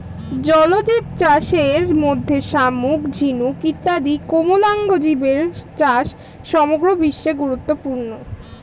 জলজীবচাষের মধ্যে শামুক, ঝিনুক ইত্যাদি কোমলাঙ্গ জীবের চাষ সমগ্র বিশ্বে গুরুত্বপূর্ণ